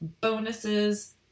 bonuses